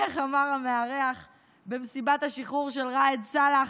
המארח במסיבת השחרור של ראאד סלאח,